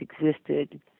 existed